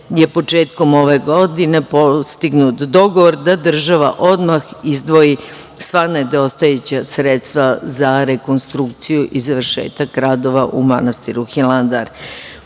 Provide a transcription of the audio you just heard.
je početkom ove godine postignut dogovor da država odmah izdvoji sva nedostajuća sredstva za rekonstrukciju i završetak radova u manastiru Hilandar. Pored